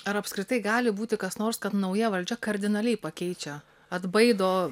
ar apskritai gali būti kas nors kad nauja valdžia kardinaliai pakeičia atbaido